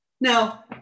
Now